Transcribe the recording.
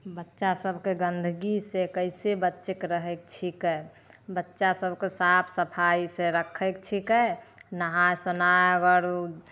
बच्चा सबके गन्दगीसँ कैसे बचयके रहय छिकै बच्चा सबके साफ सफाइसँ रखय छिकै नहाइ सोनाइ अगर उ